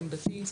לעמדתי,